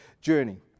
journey